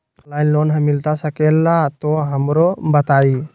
Online loan मिलता सके ला तो हमरो बताई?